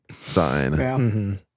sign